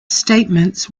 statements